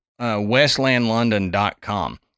westlandlondon.com